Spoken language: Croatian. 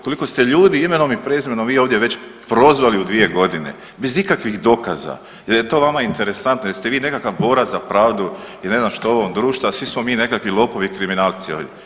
Koliko ste ljudi imenom i prezimenom vi ovdje već prozvali u 2 godine, bez ikakvih dokaza, jer je to vama interesantno, jer ste vi nekakav borac za pravdu i ne znam što, ovog društva, svi smo mi nekakvi lopovi i kriminalci.